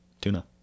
tuna